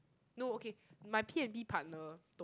no okay my P and B partner told